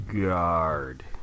guard